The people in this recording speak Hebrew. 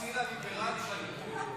--- הציר הליברלי של הליכוד.